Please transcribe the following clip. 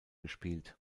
gespielt